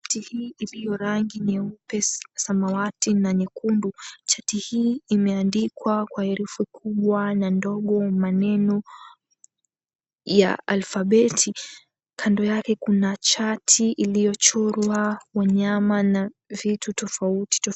Chati iliyo rangi nyeupe, samawati na nyekundu, chati hii imeandikwa kwa herufi kubwa na ndogo maneno ya alfabeti kando yake, kuna chati iliyochorwa wanyama na vitu tofauti tofauti.